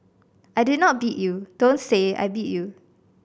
I did not beat you don't say I beat you